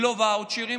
ולא ואוצ'רים,